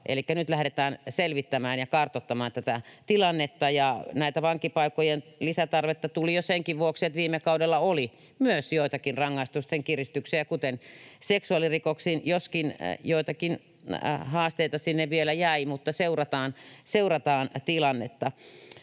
elikkä nyt lähdetään selvittämään ja kartoittamaan tätä tilannetta. Näiden vankipaikkojen lisätarvetta tuli jo senkin vuoksi, että viime kaudella oli myös joitakin rangaistusten kiristyksiä, kuten seksuaalirikoksissa, joskin joitakin haasteita sinne vielä jäi, mutta seurataan tilannetta.